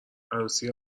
عروسی